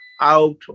out